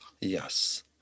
Yes